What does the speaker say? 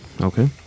Okay